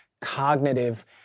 cognitive